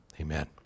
Amen